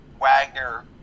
Wagner